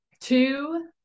Two